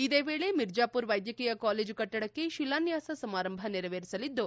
ಇದೇ ವೇಳೆ ಮಿರ್ಜಾಪುರ್ ವೈದ್ಯಕೀಯ ಕಾಲೇಜು ಕಟ್ಟಡಕ್ಕೆ ಶಿಲಾನ್ಯಾಸ ಸಮಾರಂಭ ನೆರವೇರಿಸಲಿದ್ದು